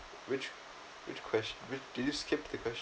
which which ques~ did you skip the question